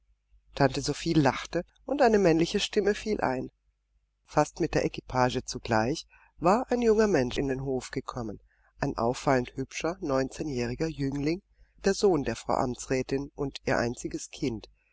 tante sophie lachte und eine männliche stimme fiel ein fast mit der kleinen equipage zugleich war ein junger mensch in den hof gekommen ein auffallend hübscher neunzehnjähriger jüngling der sohn der frau amtsrätin und ihr einziges kind